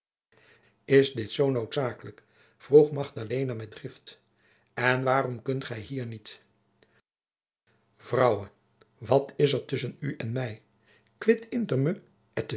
is dit zoo noodzakelijk vroeg magdalena met drift en waarom kunt gij hier niet vrouwe wat is er tusschen u en mij quid inter